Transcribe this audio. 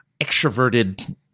extroverted